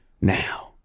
Now